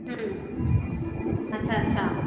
हम्म अच्छा अच्छा